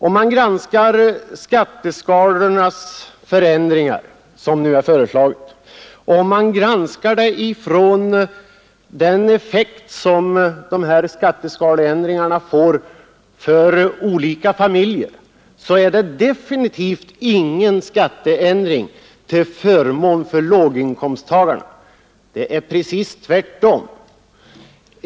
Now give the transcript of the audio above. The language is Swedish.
Om man granskar de ändringar i skatteskalorna som nu föreslagits med hänsyn till den effekt som dessa ändringar får för olika familjer, så finner man att det definitivt inte är fråga om någon skattelindring till förmån för låginkomsttagarna, det är precis tvärtom.